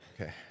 okay